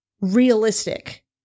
realistic